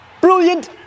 Brilliant